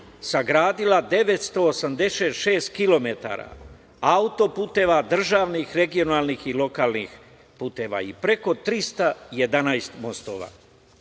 sagradila 986 kilometara auto-puteva, državnih, regionalnih i lokalnih puteva i preko 311 mostova. Uvaženi